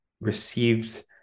received